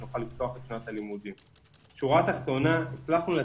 כדי שנוכל לפתוח את שנת הלימודים.